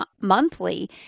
monthly